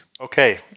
okay